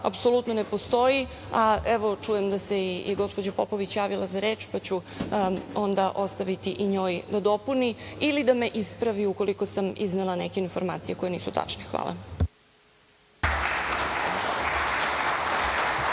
apsolutno ne postoji, a evo čujem da se i gospođa Popović javila za reč, pa ću onda ostaviti i njoj da dopuni ili da me ispravi ukoliko sam iznela neke informacije koje nisu tačne. Hvala.